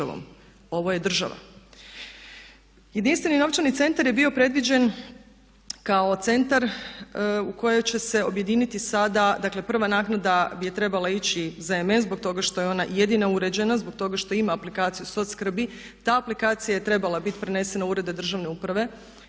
Ovo je država. Jedinstveni novčani centar je bio predviđen kao centar u kojoj će se objediniti sada dakle prva naknada je trebala ići zm zbog toga što je ona jedina uređena, zbog toga što ima aplikaciju soc skrbi. Ta aplikacija je trebala biti prenesena u urede državne uprave